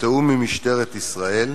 התיאום עם משטרת ישראל,